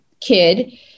kid